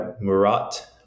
Murat